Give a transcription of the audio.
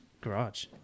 garage